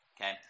okay